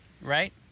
Right